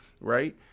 right